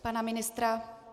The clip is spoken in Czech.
Pana ministra?